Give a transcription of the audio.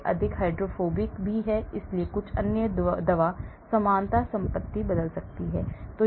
यह अधिक हाइड्रोफोबिक भी है इसलिए कुछ अन्य दवा समानता संपत्ति बदल सकती है